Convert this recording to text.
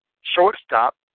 shortstop